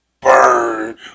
burn